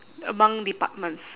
among departments